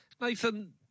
Nathan